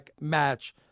match